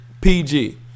PG